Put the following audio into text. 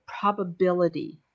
probability